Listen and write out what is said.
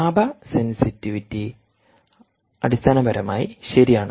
താപ സെൻസിറ്റിവിറ്റി അടിസ്ഥാനപരമായി ശരിയാണ്